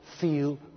feel